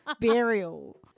burial